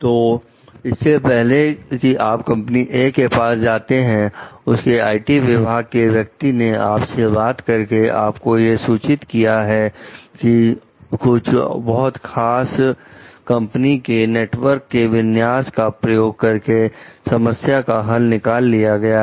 तो इससे पहले कि आप कंपनी "ए" के पास जाते हैं उसके आईटी विभाग के व्यक्ति ने आपसे बात करके आपको यह सूचित किया कि कुछ बहुत खास कंपनी के नेटवर्क के विन्यासो का प्रयोग करके समस्या का हल निकाल लिया है